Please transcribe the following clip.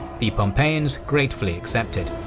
the pompeians gratefully accepted.